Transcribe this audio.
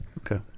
Okay